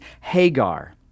Hagar